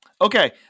Okay